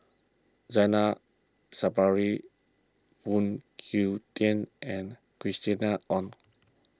Zainal Sapari Phoon Yew Tien and Christina Ong